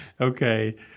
Okay